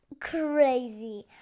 crazy